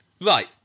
Right